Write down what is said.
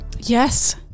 Yes